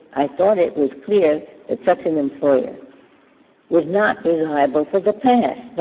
i thought it was clear that such an employer would not be liable for the past?